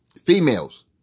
Females